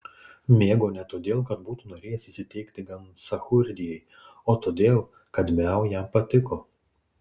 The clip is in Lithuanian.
mėgo ne todėl kad būtų norėjęs įsiteikti gamsachurdijai o todėl kad miau jam patiko